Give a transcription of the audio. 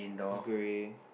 grey